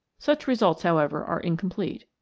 such results, however, are incomplete,